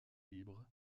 libre